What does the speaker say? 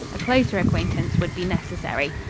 a closer acquaintance would be necessary.